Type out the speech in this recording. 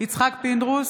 יצחק פינדרוס,